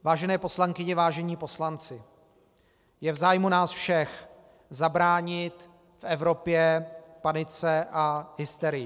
Vážené poslankyně, vážení poslanci, je v zájmu nás všech zabránit v Evropě panice a hysterii.